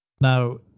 now